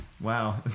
Wow